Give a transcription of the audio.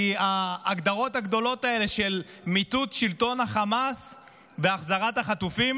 כי ההגדרות הגדולות האלה של מיטוט שלטון החמאס והחזרת החטופים